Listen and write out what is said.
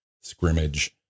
scrimmage